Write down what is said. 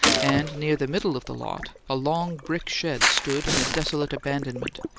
and near the middle of the lot, a long brick shed stood in a desolate abandonment,